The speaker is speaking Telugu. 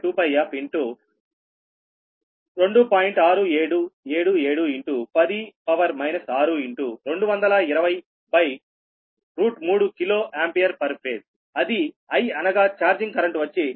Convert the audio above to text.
6777 10 62203 కిలో ఆంపియర్ పర్ ఫేజ్అది I అనగా చార్జింగ్ కరెంటు వచ్చి 0